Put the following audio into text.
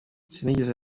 sinigeze